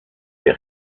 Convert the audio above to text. des